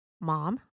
mom